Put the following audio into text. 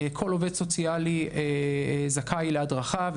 כל עובד סוציאלי זכאי להדרכה,